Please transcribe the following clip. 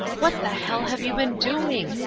what the hell have you been doing?